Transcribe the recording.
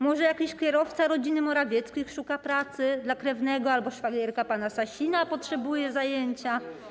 Może jakiś kierowca rodziny Morawieckich szuka pracy dla krewnego albo szwagierka pana Sasina potrzebuje zajęcia?